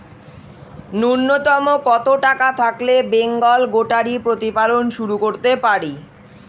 নূন্যতম কত টাকা থাকলে বেঙ্গল গোটারি প্রতিপালন শুরু করতে পারি?